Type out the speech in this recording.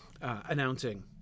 announcing